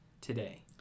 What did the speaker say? today